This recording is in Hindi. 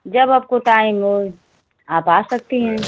जब आपको टाइम हो आप आ सकती हैं